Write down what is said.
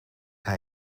hij